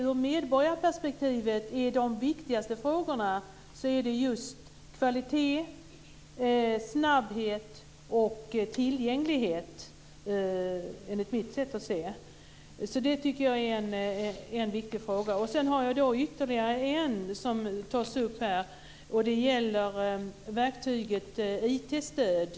Ur medborgarperspektiv är de viktigaste frågorna just kvalitet, snabbhet och tillgänglighet, enligt mitt sätt att se. Jag tycker att det är en viktig fråga. Jag har ytterligare en fråga, som gäller verktyget IT-stöd.